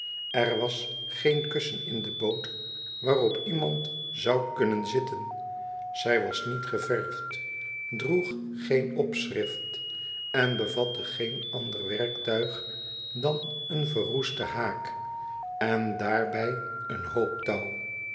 er was geen kussen in de boot waarop iemand zou kunnen zitten zij was niet geverfd droeg co geen opschrift en bevatte geen ander werktuig dan een verroesten haak en daarbij een hoop touw